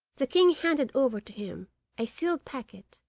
the king handed over to him a sealed packet,